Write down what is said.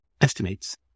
estimates